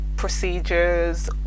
procedures